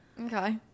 Okay